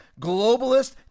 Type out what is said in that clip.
globalist